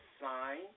sign